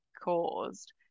caused